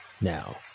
Now